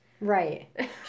Right